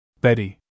Betty